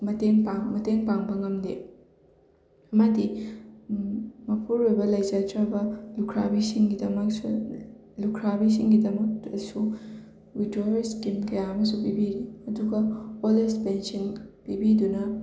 ꯃꯇꯦꯡ ꯄꯥꯡ ꯃꯇꯦꯡ ꯄꯥꯡꯕ ꯉꯝꯗꯦ ꯑꯃꯗꯤ ꯃꯄꯨꯔꯣꯏꯕ ꯂꯩꯖꯗ꯭ꯔꯕ ꯂꯨꯈ꯭ꯔꯥꯕꯤꯁꯤꯡꯒꯤꯗꯃꯛꯁꯨ ꯂꯨꯈ꯭ꯔꯥꯕꯤꯁꯤꯡꯒꯤꯗꯃꯛꯇꯁꯨ ꯋꯤꯗꯣꯋꯔ ꯁ꯭ꯀꯤꯝ ꯀꯌꯥ ꯑꯃꯁꯨ ꯄꯤꯕꯤꯔꯤ ꯑꯗꯨꯒ ꯑꯣꯜ ꯑꯦꯖ ꯄꯦꯟꯁꯤꯟ ꯄꯤꯕꯤꯗꯨꯅ